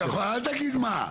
אל תגיד מה.